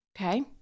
Okay